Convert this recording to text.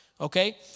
Okay